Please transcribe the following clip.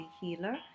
healer